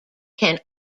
can